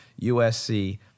USC